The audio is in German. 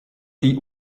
die